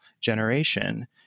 generation